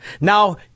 now